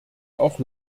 auch